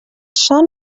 son